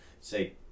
Say